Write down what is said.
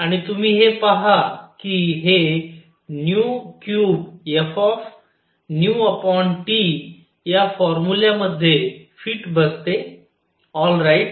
आणि तुम्ही हे पहा कि हे 3fया फॉर्मुला मध्ये फिट बसते ऑलराइट